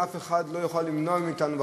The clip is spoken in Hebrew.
ואף אחד לא יוכל למנוע מאתנו,